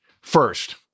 First